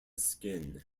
skin